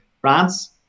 France